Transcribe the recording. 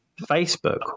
Facebook